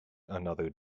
another